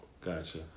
Gotcha